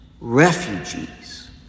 refugees